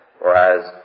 Whereas